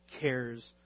cares